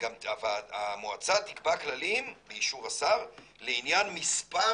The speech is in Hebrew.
המועצה תקבע כללים באישור השר לעניין מספר